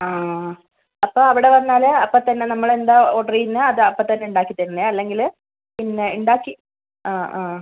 ആ ആ അപ്പോൾ അവിടെ വന്നാൽ അപ്പം തന്നെ നമ്മൾ എന്താണ് ഓർഡർ ചെയ്യുന്നത് അത് അപ്പം തന്നെ ഉണ്ടാക്കി തരുന്നത് അല്ലെങ്കിൽ പിന്നെ ഉണ്ടാക്കി ആ ആ